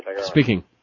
Speaking